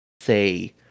say